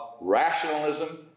rationalism